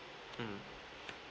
mm